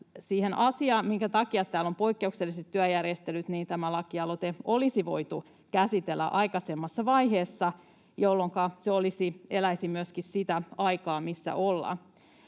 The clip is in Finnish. siihen asiaan, minkä takia täällä on poikkeukselliset työjärjestelyt, olisi voitu käsitellä aikaisemmassa vaiheessa, jolloinka tämäkin lakialoite eläisi myöskin sitä aikaa, missä ollaan.